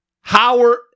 Howard